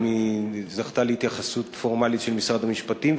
האם היא זכתה להתייחסות פורמלית של משרד המשפטים?